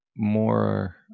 more